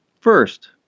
First